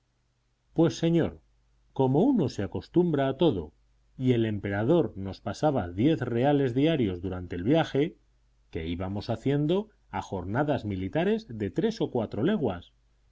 pues señor como uno se acostumbra a todo y el emperador nos pasaba diez reales diarios durante el viaje que íbamos haciendo a jornadas militares de tres o cuatro leguas